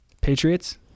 Patriots